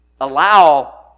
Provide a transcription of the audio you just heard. allow